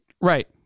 Right